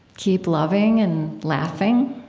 keep loving and laughing,